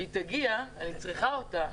שהיא תגיע, אני צריכה אותה.